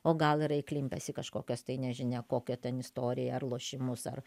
o gal yra įklimpęs į kažkokias tai nežinia kokią ten istoriją ar lošimus ar